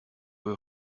will